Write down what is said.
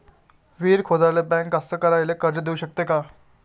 विहीर खोदाले बँक कास्तकाराइले कर्ज देऊ शकते का?